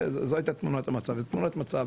זו הייתה תמונה המצב, זה תמונת מצב